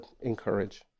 encourage